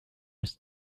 his